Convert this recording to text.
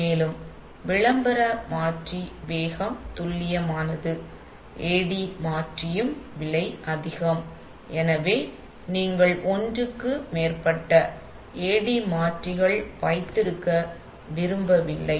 மேலும் விளம்பர மாற்றி வேகம் துல்லியமானது ம் மேலும் AD மாற்றியும் விலை அதிகம் எனவே நீங்கள் ஒன்றுக்கு மேற்பட்ட AD மாற்றிகள் வைத்திருக்க விரும்ப வில்லை